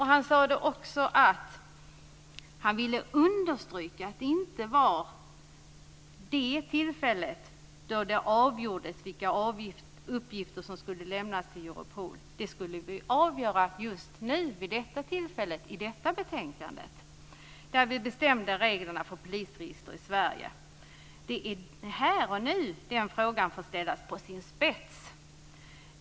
Han sade också att han ville understryka att det då inte var tillfälle att avgöra vilka uppgifter som skulle lämnas till Europol - det skulle avgöras vid det här tillfället, alltså i samband med detta betänkande där vi bestämmer reglerna för polisregister i Det är alltså här och nu som den frågan ställs på sin spets.